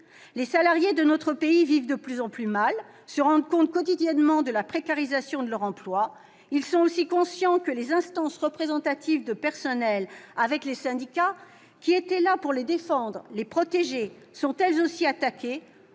Les salariés de notre pays vivent de plus en plus mal et se rendent compte quotidiennement de la précarisation de leur emploi. Ils sont aussi conscients que les instances représentatives du personnel, les IRP, qui étaient là, avec les syndicats, pour les défendre, les protéger, sont, elles aussi, attaquées,